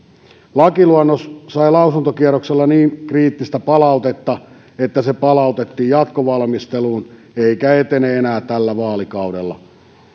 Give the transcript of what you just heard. lakiluonnos sai lausuntokierroksella niin kriittistä palautetta että se palautettiin jatkovalmisteluun eikä etene enää tällä vaalikaudella